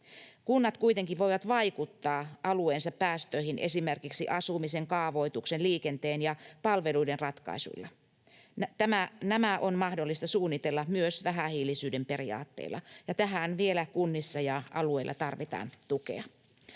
Kunnat kuitenkin voivat vaikuttaa alueensa päästöihin esimerkiksi asumisen, kaavoituksen, liikenteen ja palveluiden ratkaisuilla. Nämä on mahdollista suunnitella myös vähähiilisyyden periaatteilla, ja tähän vielä kunnissa ja alueilla tarvitaan tukea.